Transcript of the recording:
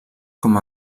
com